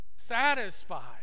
satisfied